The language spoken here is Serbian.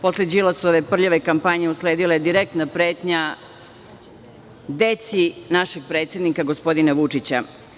Posle Đilasove prljave kampanje usledila je direktna pretnja deci našeg predsednika gospodina Vučića.